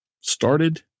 started